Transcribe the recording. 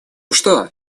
что